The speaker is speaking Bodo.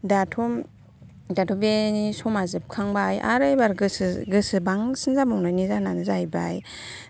दाथ' दाथ' बे समा जोबखांबाय आरो एबार गोसो गोसो बांसिन जाबावनायनि जाहोनानो जाहैबाय